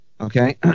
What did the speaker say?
Okay